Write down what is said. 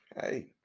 hey